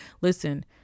listen